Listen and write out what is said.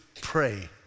pray